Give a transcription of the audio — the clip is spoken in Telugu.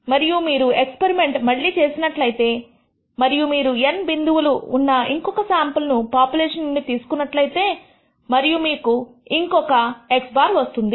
మరియు మీరు ఎక్స్పరిమెంట్ మళ్లీ చేసినట్లయితే మరియు మీరు N బిందువులు ఉన్న ఇంకొక శాంపుల్ ను పాపులేషన్ నుండి తీసుకున్నట్లయితే మరియు మీకు ఇంకొక ఒక x̅ వస్తుంది